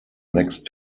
next